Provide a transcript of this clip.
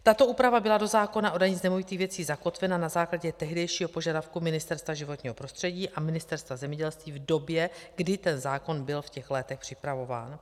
Tato úprava byla do zákona o dani z nemovitých věcí zakotvena na základě tehdejšího požadavku Ministerstva životního prostředí a Ministerstva zemědělství v době, kdy ten zákon byl v těch létech připravován.